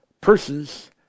persons